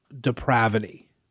depravity